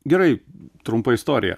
gerai trumpa istorija